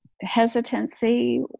hesitancy